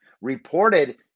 reported